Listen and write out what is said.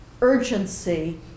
urgency